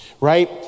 right